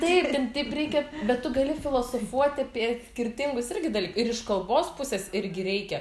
taip ten taip reikia bet tu gali filosofuoti apie skirtingus irgi dal ir iš kalbos pusės irgi reikia